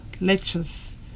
lectures